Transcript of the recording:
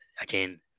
again